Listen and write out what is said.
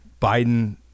Biden